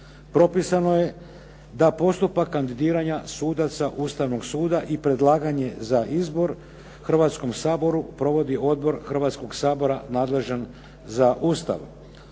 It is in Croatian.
propisano je da postupak kandidiranja sudaca Ustavnog suda i predlaganje za izbor Hrvatskom saboru provodi odbor Hrvatskog sabora nadležan za Ustav.